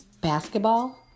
Basketball